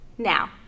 Now